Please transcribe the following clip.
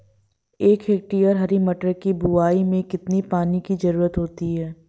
एक हेक्टेयर हरी मटर की बुवाई में कितनी पानी की ज़रुरत होती है?